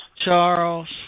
Charles